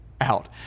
out